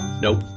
Nope